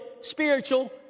spiritual